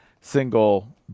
single